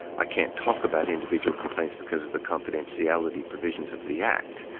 i can't talk about individual complaints because of the confidentiality provisions of the act,